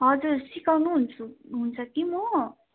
हजुर सिकाउनुहुन्छु हुन्छ कि म